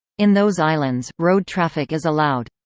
in those islands, road traffic is allowed.